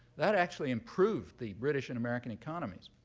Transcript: that actually improved the british and american economies,